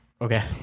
Okay